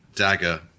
Dagger